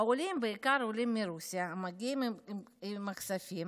העולים, בעיקר עולים מרוסיה, המגיעים עם הכספים